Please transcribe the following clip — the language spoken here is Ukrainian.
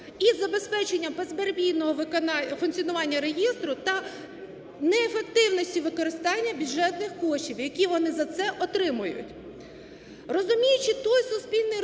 і забезпечення безперебійного виконання… функціонування реєстру та неефективності використання бюджетних коштів, які вони за це отримують. Розуміючи той суспільний резонанс,